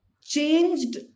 changed